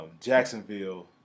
Jacksonville